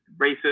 racist